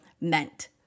meant